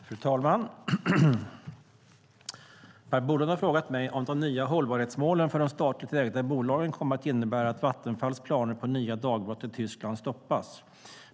Fru talman! Per Bolund har frågat mig om de nya hållbarhetsmålen för de statligt ägda bolagen kommer att innebära att Vattenfalls planer på nya dagbrott i Tyskland stoppas.